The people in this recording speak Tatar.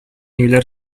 юләр